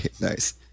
Nice